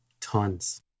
Tons